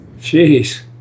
Jeez